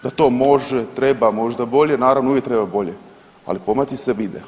Da to može, treba možda bolje naravno uvijek treba bolje, ali pomaci se vide.